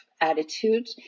attitude